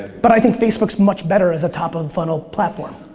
but i think facebook's much better as a top of the funnel platform.